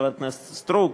חברת הכנסת סטרוק,